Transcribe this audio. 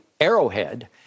Arrowhead